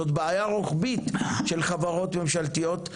זאת בעיה רוחבית של חברות ממשלתיות,